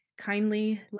Kindly